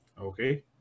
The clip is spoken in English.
okay